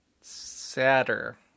sadder